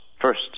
First